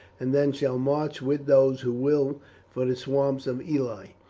and then shall march with those who will for the swamps of ely,